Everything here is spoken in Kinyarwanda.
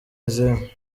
izihe